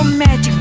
magic